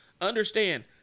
understand